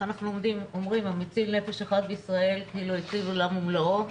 אנחנו אומרים 'המציל נפש אחת בישראל כאילו הציל עולם ומלואו',